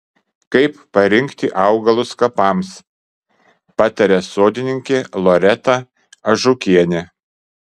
kaip parinkti augalus kapams pataria sodininkė loreta ažukienė